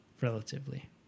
Relatively